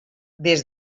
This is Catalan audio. des